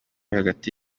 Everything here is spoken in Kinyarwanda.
hagati